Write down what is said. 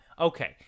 Okay